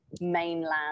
mainland